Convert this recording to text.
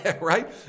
Right